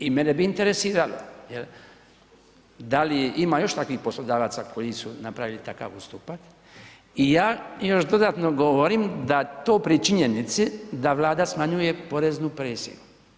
I mene bi interesiralo jer da li ima još takvih poslodavaca koji su napravili takav ustupak i ja još dodatno govorim da to pri činjenici da Vlada smanjuje poreznu presiju.